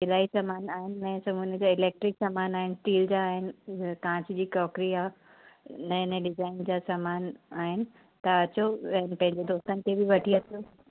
इलाही सामान आहिनि ऐं सभु उन जा इलेक्ट्रिक सामान आहिनि स्टील जा आहिनि कांच जी क्रॉकरी आहे नऐं नऐं डिजाइन जा सामान आहिनि तव्हां अचो ऐं पंहिंजे दोस्तनि खे बि वठी अचो